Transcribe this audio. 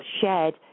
shared